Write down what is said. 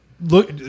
look